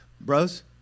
Bros